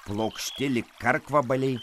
plokšti lyg karkvabaliai